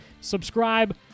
Subscribe